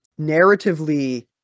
narratively